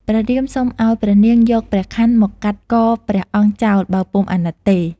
ព្រះរាមសុំឱ្យព្រះនាងយកព្រះខ័នមកកាត់កព្រះអង្គចោលបើពុំអាណិតទេ។